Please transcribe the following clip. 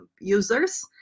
users